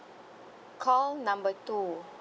call number two